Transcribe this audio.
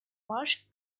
large